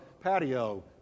patio